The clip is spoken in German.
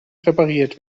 repariert